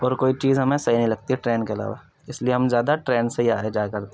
اور کوئی چیز ہمیں صحیح نہیں لگتی ہے ٹرین کے علاوہ اس لیے ہم زیادہ ٹرین سے ہی آیا جایا کرتے ہیں